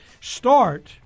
start